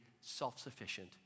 self-sufficient